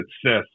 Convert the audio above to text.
success